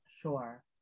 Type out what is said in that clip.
Sure